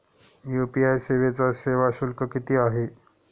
UPI सेवेचा सेवा शुल्क किती आहे?